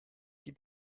gib